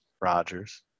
Rogers